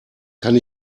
kann